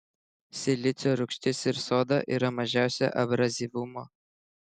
silicio rūgštis ir soda yra mažiausio abrazyvumo